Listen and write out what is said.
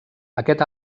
aquest